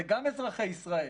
זה גם אזרחי ישראל,